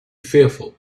fearful